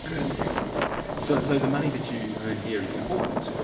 and yeah so so, the money that you earn here is important,